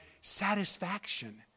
satisfaction